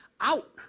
out